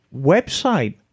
website